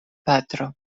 patro